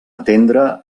atendre